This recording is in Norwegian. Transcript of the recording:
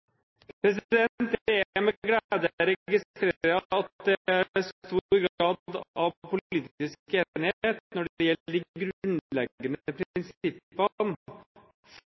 Det er med glede jeg registrerer at det er stor grad av politisk enighet når det gjelder de grunnleggende prinsippene